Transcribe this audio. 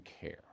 care